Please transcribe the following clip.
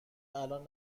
الان